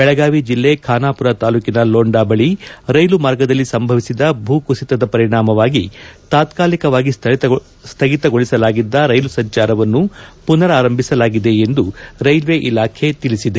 ಬೆಳಗಾವಿ ಜಿಲ್ಲೆ ಖಾನಾಪುರ ತಾಲ್ಲೂಕಿನ ಲೋಂಡಾ ಬಳಿ ರೈಲು ಮಾರ್ಗದಲ್ಲಿ ಸಂಭವಿಸಿದ ಭೂಕುಸಿತದ ಪರಿಣಾಮವಾಗಿ ತಾತ್ಕಾಲಿಕವಾಗಿ ಸ್ಥಗಿತಗೊಳಿಸಲಾಗಿದ್ದ ರೈಲು ಸಂಚಾರವನ್ನು ಪುನರಾರಂಭಿಸಲಾಗಿದೆ ಎಂದು ರೈಲ್ವೆ ಇಲಾಖೆ ತಿಳಿಬದೆ